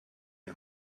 die